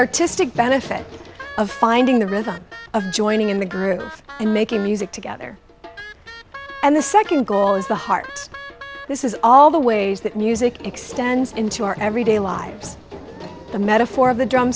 artistic benefit of finding the rhythm of joining in the group and making music together and the second goal is the heart this is all the ways that music extends into our everyday lives the metaphor of the drum